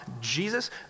Jesus